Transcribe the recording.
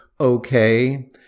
okay